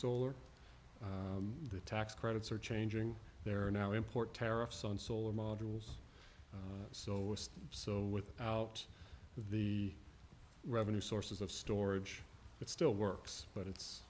solar the tax credits are changing there are now import tariffs on solar models so so with out the revenue sources of storage it still works but it's